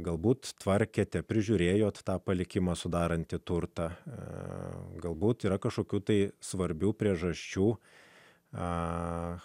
galbūt tvarkėte prižiūrėjo tą palikimą sudarantį turtą galbūt yra kažkokių tai svarbių priežasčių a